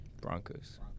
Broncos